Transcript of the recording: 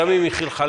גם אם היא חלחלה,